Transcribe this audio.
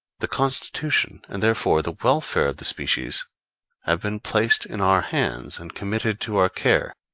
the constitution and, therefore, the welfare of the species have been placed in our hands and committed to our care,